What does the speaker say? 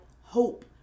hope